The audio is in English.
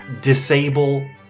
disable